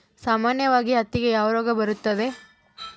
ಸಾಮಾನ್ಯವಾಗಿ ಹತ್ತಿಗೆ ಯಾವ ರೋಗ ಬರುತ್ತದೆ?